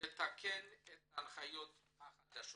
לתקן את ההנחיות החדשות.